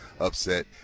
upset